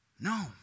No